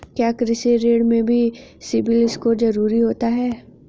क्या कृषि ऋण में भी सिबिल स्कोर जरूरी होता है?